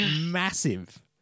massive